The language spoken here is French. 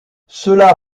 cela